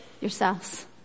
yourselves